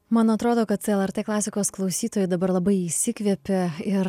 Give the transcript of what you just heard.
man atrodo kad lrt klasikos klausytojai dabar labai įsikvėpė ir